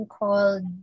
called